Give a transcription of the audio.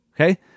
Okay